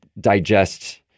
digest